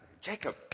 Jacob